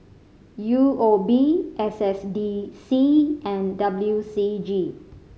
U O B S S D C and W C G